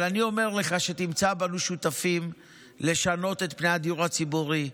אבל אומר לך שתמצא בנו שותפים לשנות את פני הדיור הציבורי.